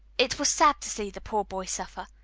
it was sad to see the poor boy suffer.